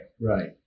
Right